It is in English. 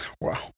Wow